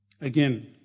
Again